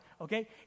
okay